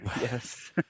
yes